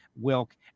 Wilk